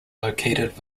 located